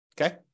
Okay